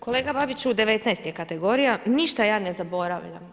Kolega Babiću, 19 je kategorija, ništa ja ne zaboravljam.